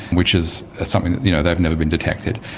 which is ah something that, you know, they've never been detected.